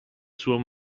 suo